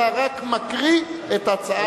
אתה רק מקריא את ההצעה.